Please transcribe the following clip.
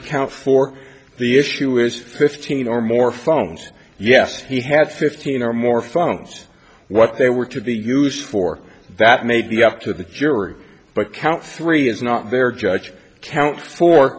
account for the issue is fifteen or more phones yes he had fifteen or more phones what they were to be used for that maybe up to the jury but count three is not there judge count fo